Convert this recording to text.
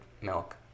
milk